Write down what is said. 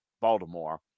Baltimore